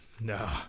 No